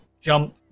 jump